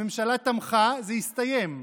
הממשלה תמכה, זה הסתיים.